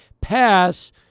pass